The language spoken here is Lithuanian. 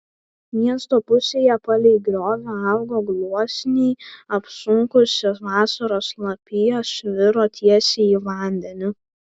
miesto pusėje palei griovį augo gluosniai apsunkusi vasaros lapija sviro tiesiai į vandenį